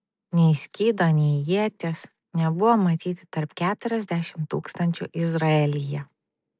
nei skydo nei ieties nebuvo matyti tarp keturiasdešimt tūkstančių izraelyje